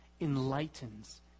enlightens